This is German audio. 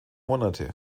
monate